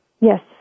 Yes